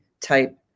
type